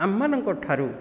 ଆମମାନଙ୍କ ଠାରୁ